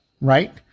right